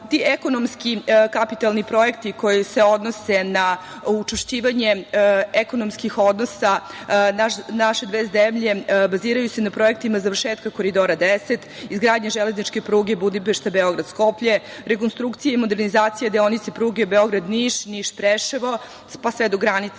ekonomski kapitalni projekti koji se odnose na učvršćivanje ekonomskih odnosa naše dve zemlje baziraju se na projektima završetka Koridora 10, izgradnja železničke pruge Budimpešta – Beograd – Skoplje, rekonstrukcija i modernizacija deonice pruge Beograd – Niš, Niš – Preševo, pa sve do granice